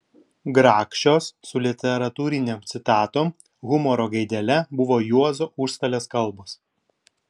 grakščios su literatūrinėm citatom humoro gaidele buvo juozo užstalės kalbos